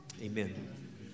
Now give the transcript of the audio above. Amen